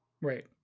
Right